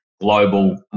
global